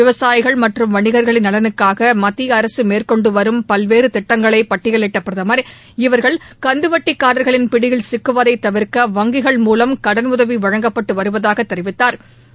விவசாயிகள் மற்றும் வணிகள்களின் நலனுக்காக மத்திய அரசு மேற்கொண்டுவரும் பல்வேறு திட்டங்களை பட்டியலிட்ட பிரதமர் இவர்கள் கந்துவட்டிக்காரர்களின் பிடியில் சிக்குவதை தவிர்க்க வங்கிகள் மூலம் கடன் உதவி வழங்கப்பட்டு வருவதாக தெரிவித்தாா்